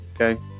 okay